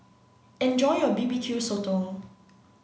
enjoy your B B Q Sotong